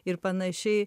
ir panašiai